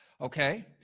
okay